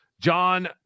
John